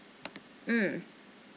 mm